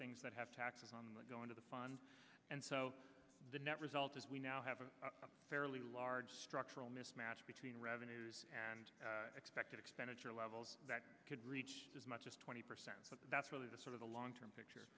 things that have taxes on the going to the fund and so the net result is we now have a fairly large structural mismatch between revenues and expected expenditure levels that could reach as much as twenty percent but that's really the sort of the long term picture